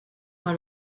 par